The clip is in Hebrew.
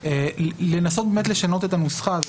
לנסות לשנות את הנוסחה הזאת,